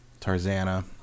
Tarzana